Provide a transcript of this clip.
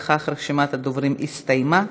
בכך רשימת הדוברים הסתיימה,